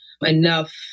enough